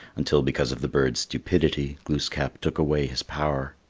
until because of the bird's stupidity, glooskap took away his power.